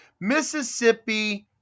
mississippi